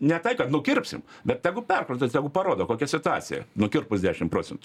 ne tai kad nukirpsim bet tegu perkrato tegu parodo kokia situacija nukirpus dešimt procentų